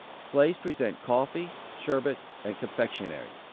slaves present coffee, sherbet, and confectionary.